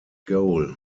goal